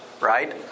Right